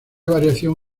variación